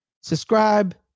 subscribe